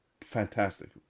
fantastic